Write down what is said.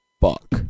Fuck